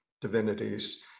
divinities